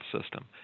system